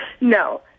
no